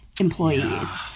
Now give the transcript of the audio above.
employees